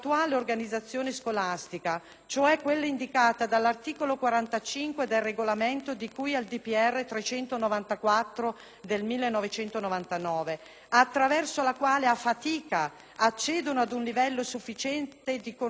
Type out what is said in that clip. cioè quella indicata dall'articolo 45 del Regolamento di cui al DPR n. 394 del 1999, attraverso la quale, a fatica, accedono ad un livello sufficiente di conoscenza della lingua italiana?